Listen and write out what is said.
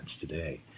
today